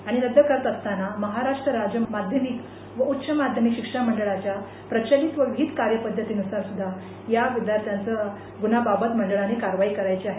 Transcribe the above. आणि हे रद्द करत असतांना महाराष्ट राज्य माध्यमिक व उच्च माध्यमिक शिक्षण मंडळाच्या प्रचलित व विहित कार्यपद्धतीनुसार सुध्दा या विद्यार्थ्यांचा ग्रणा बाबत नजर मंडळाने कारवाई करायचे आहे